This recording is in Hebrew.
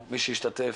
שהשתתף.